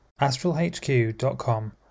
astralhq.com